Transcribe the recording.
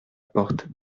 porte